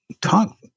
talk